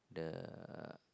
the